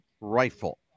rifle